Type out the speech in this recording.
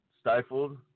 stifled